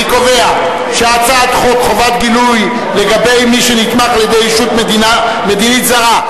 אני קובע שחוק חובת גילוי לגבי מי שנתמך על-ידי ישות מדינית זרה,